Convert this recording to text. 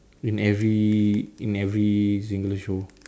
in every in every single show